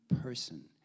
person